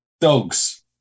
dogs